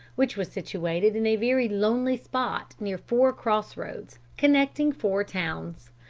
which was situated in a very lonely spot near four cross-roads, connecting four towns.